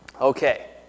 Okay